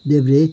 देब्रे